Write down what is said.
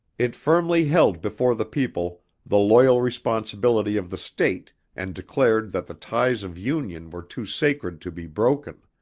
it firmly held before the people the loyal responsibility of the state and declared that the ties of union were too sacred to be broken.